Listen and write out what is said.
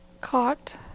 Caught